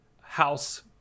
house